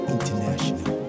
International